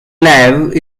lev